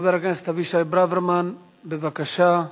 חבר הכנסת אבישי ברוורמן, בבקשה.